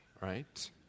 right